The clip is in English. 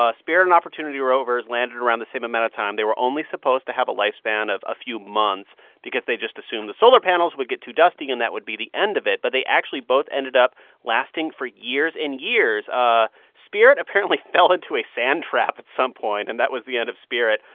ah spirit and opportunity rovers landed around the same amount of time. they were only supposed to have a lifespan of a few months because they just assumed the solar panels would get too dusty, and that would be the end of it. but they actually both ended up lasting for years and years. ah spirit apparently fell into a sand trap at some point, and that was the end of spirit.